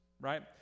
right